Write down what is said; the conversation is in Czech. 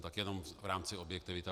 Tak jenom v rámci objektivity.